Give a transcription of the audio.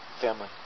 Family